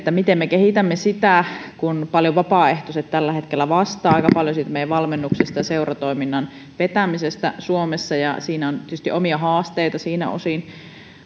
miten me kehitämme sitä kun aika paljon vapaaehtoiset tällä hetkellä vastaavat meidän valmennuksesta ja seuratoiminnan vetämisestä suomessa ja siinä on tietysti omia haasteita siltä osin